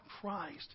Christ